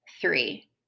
three